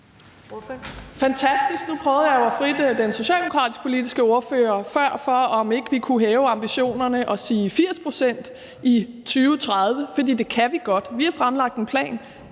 fantastisk, for nu prøvede jeg jo før at udfritte den socialdemokratiske politiske ordfører for at høre, om vi ikke kunne hæve ambitionerne og sige 80 pct. i 2030, for det kan vi godt – vi har fremlagt en plan,